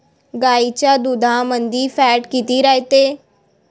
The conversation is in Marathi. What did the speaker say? गाईच्या दुधामंदी फॅट किती रायते?